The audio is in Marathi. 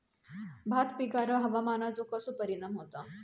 भात पिकांर हवामानाचो कसो परिणाम होता?